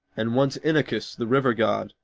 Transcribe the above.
and one to inachus the river-god,